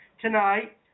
tonight